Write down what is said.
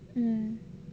mm